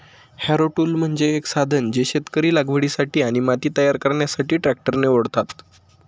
Harrow tool म्हणजे एक साधन जे शेतकरी लागवडीसाठी आणि माती तयार करण्यासाठी ट्रॅक्टरने ओढतात